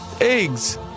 eggs